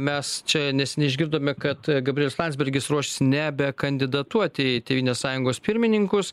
mes čia neseniai išgirdome kad gabrielius landsbergis ruošiasi nebekandidatuoti į tėvynės sąjungos pirmininkus